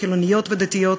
חילוניות ודתיות,